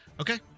Okay